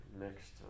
next